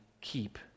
keep